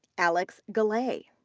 alex galle,